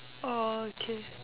okay